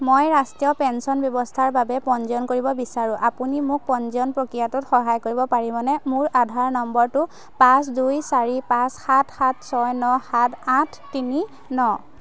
মই ৰাষ্ট্ৰীয় পেন্সন ব্যৱস্থাৰ বাবে পঞ্জীয়ন কৰিব বিচাৰোঁ আপুনি মোক পঞ্জীয়ন প্ৰক্ৰিয়াটোত সহায় কৰিব পাৰিবনে মোৰ আধাৰ নম্বৰটো পাঁচ দুই চাৰি পাঁচ সাত সাত ছয় ন সাত আঠ তিনি ন